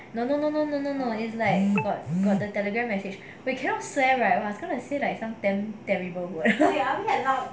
no no no no no no no it's like got got the telegram message we cannot share right !wah! I was gonna say like some ten terrible word